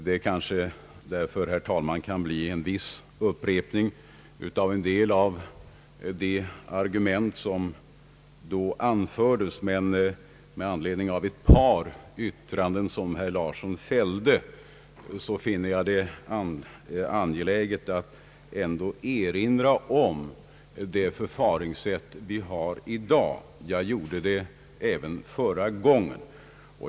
Det kan därför, herr talman, kanske bli en viss upprepning av en del av de argument som då anfördes, men med anledning av ett par yttranden som herr Thorsten Larsson fällde finner jag det ändå angeläget att erinra om det förfaringssätt vi har i dag. Jag gjorde det även förra gången.